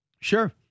Sure